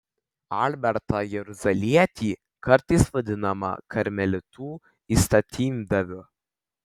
albertą jeruzalietį kartais vadinamą karmelitų įstatymdaviu